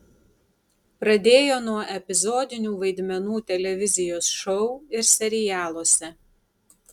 pradėjo nuo epizodinių vaidmenų televizijos šou ir serialuose